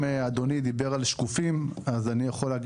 אם אדוני דיבר על שקופים אז אני יכול להגיד